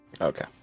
Okay